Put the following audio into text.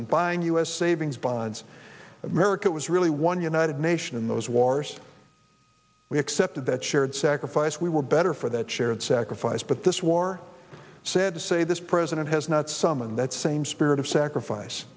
and buying u s savings bonds america was really one united nation in those wars we accepted that shared sacrifice we were better for that shared sacrifice but this war sad to say this president has not summon that same spirit of sacrifice